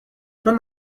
چون